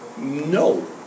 No